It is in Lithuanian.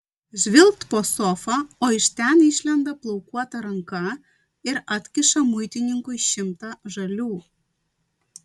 žvilgt po sofa o iš ten išlenda plaukuota ranka ir atkiša muitininkui šimtą žalių